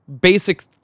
basic